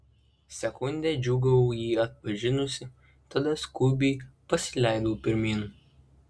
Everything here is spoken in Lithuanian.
sekundę džiūgavau jį atpažinusi tada skubiai pasileidau pirmyn